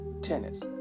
tennis